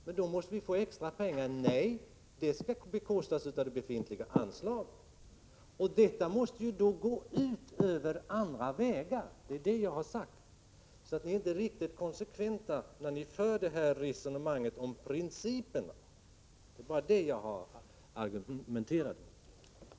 Det går emellertid inte regeringen med på, utan motorvägen skall bekostas av det befintliga anslaget. Detta måste gå ut över andra vägar. Det är vad jag har sagt. Ni är inte riktigt konsekventa när ni för resonemanget om principerna. Det är det jag har argumenterat mot.